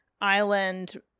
island